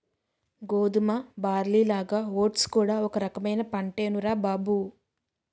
గోధుమ, బార్లీలాగా ఓట్స్ కూడా ఒక రకమైన పంటేనురా బాబూ